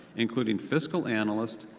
including fiscal analyst,